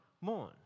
mourn